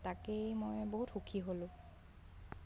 তাকেই মই বহুত সুখী হ'লোঁ